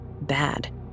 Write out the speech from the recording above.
bad